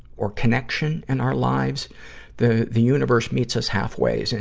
or connection in our lives the the universe meets us halfway, and